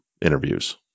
interviews